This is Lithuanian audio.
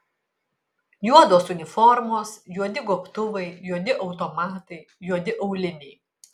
juodos uniformos juodi gobtuvai juodi automatai juodi auliniai